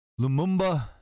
Lumumba